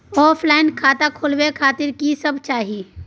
Offline खाता खोले खातिर की सब चाही?